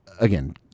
again